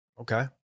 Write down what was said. Okay